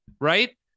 right